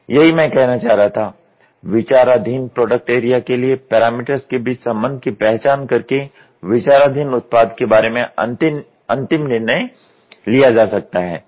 यही मैं कहना चाह रहा था विचाराधीन प्रोडक्ट एरिया के लिए पैरामीटर्स के बीच संबंध की पहचान करके विचाराधीन उत्पाद के बारे में अंतिम निर्णय लिया जा सकता है